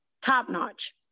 top-notch